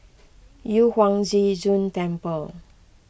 Yu Huang Zhi Zun Temple